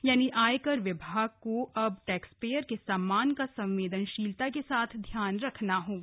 यानि आयकर विभाग को अब टैक्सपेयर के सम्मान का संवेदनशीलता के साथ ध्यान रखना होगा